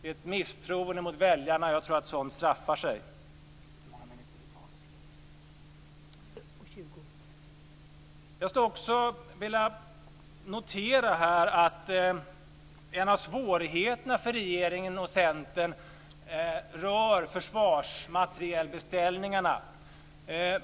Det är ett misstroende mot väljarna. Jag tror att sådant straffar sig. Jag skulle också vilja notera här att en av svårigheterna för regeringen och Centern rör försvarsmaterielbeställningarna.